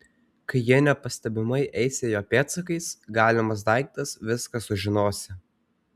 kai jie nepastebimai eisią jo pėdsakais galimas daiktas viską sužinosią